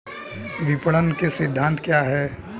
विपणन के सिद्धांत क्या हैं?